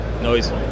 Noise